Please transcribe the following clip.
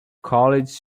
called